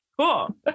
Cool